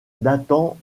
datant